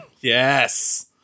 Yes